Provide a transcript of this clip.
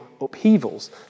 upheavals